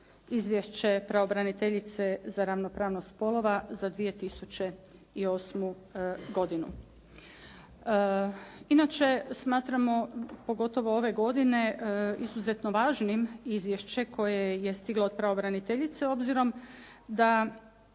izvješće pravobraniteljice za ravnopravnost spolova za 2008. godinu. Inače smatramo pogotovo ove godine, izuzetno važnim izvješće koje je stiglo od pravobraniteljice, obzirom da